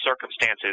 circumstances